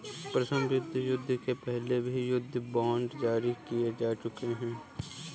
प्रथम विश्वयुद्ध के पहले भी युद्ध बांड जारी किए जा चुके हैं